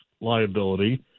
liability